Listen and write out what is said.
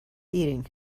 eating